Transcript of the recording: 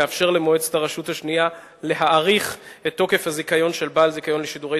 מאפשר למועצת הרשות השנייה להאריך את תוקף הזיכיון של בעל זיכיון לשידורי